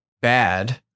bad